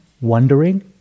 Wondering